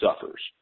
suffers